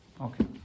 Okay